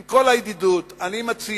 עם כל הידידות, אני מציע